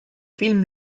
film